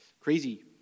Crazy